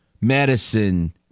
medicine